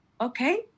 Okay